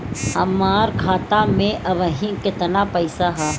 हमार खाता मे अबही केतना पैसा ह?